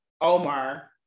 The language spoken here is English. Omar